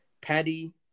Patty